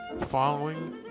following